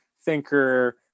thinker